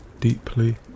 deeply